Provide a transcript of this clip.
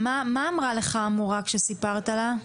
מה אמרה לך המורה כשסיפרת לה?